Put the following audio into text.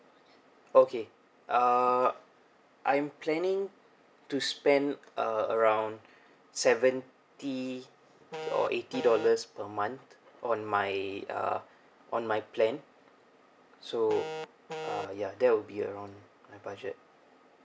okay uh I'm planning to spend uh around seventy or eighty dollars per month on my uh on my plan so uh ya that will be around my budget